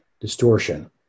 distortion